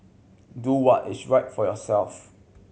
do what is right for yourself